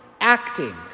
acting